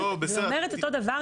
זה אומר את אותו דבר,